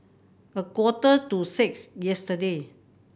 a quarter to six yesterday